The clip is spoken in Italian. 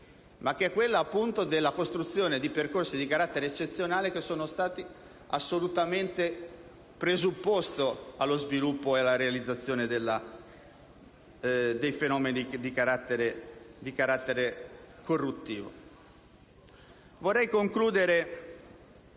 ma che è quella della costruzione di percorsi di carattere eccezionale che sono stati assolutamente il presupposto allo sviluppo e alla realizzazione di fenomeni di carattere corruttivo. Vorrei concludere